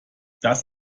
das